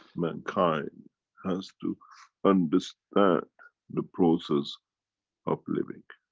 mankind has to understand the process of living.